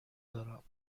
دارم